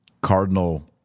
Cardinal